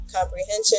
comprehension